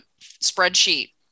spreadsheet